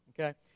Okay